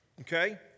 okay